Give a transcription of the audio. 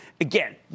Again